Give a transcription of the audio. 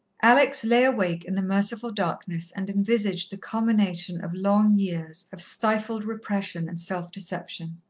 alex lay awake in the merciful darkness and envisaged the culmination of long years of stifled repression and self-deception.